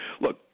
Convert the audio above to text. look